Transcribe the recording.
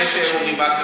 ביקש אורי מקלב,